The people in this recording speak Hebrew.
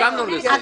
הסכמנו לזה.